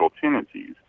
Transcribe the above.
tendencies